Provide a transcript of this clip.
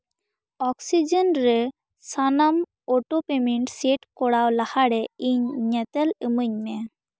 oxygen ᱨᱮ ᱥᱟᱱᱟᱢ auto payment set ᱠᱚᱨᱟᱣ ᱞᱟᱦᱟᱨᱮ ᱤᱧ ᱧᱮᱛᱮᱞ ᱤᱢᱟᱹᱧ ᱢᱮ